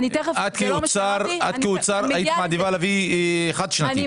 את כאוצר היית מעדיפה להביא חד שנתי?